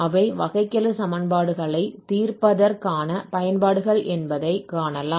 அவை வகைக்கெழு சமன்பாடுகளைத் தீர்ப்பதற்கான பயன்பாடுகள் என்பதைக் காணலாம்